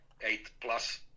eight-plus